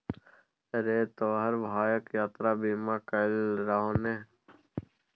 रे तोहर भायक यात्रा बीमा कएल रहौ ने?